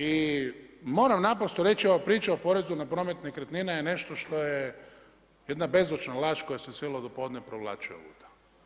I moram naprosto reći ova priča o porezu na promet nekretnina je nešto što je jedna bezočna laž koja se cijelo popodne provlači ovuda.